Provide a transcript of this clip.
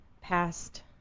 past